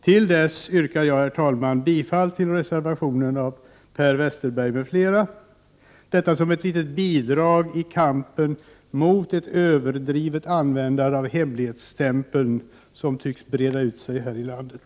Tills detta sker yrkar jag, herr talman, bifall till reservationen av Per Westerberg m.fl. Detta görs som ett litet bidrag i kampen mot ett överdrivet användande av hemligstämpeln, som tycks breda ut sig här i landet.